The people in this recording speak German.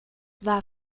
war